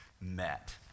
met